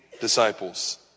disciples